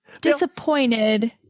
disappointed